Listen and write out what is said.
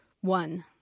One